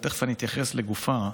ותכף אני אתייחס לגופה,